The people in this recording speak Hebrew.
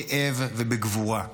בכאב ובגבורה.